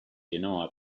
genoa